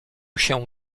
się